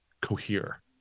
cohere